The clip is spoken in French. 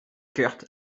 kurt